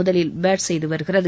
முதலில் பேட் செய்து வருகிறது